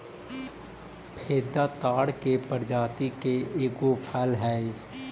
फेदा ताड़ के प्रजाति के एगो फल हई